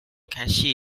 catchy